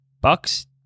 Bucks